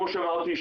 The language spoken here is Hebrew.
כמו שאמרתי,